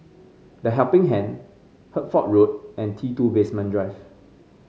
The Helping Hand Hertford Road and T two Basement Drive